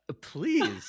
Please